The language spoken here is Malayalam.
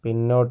പിന്നോട്ട്